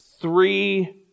Three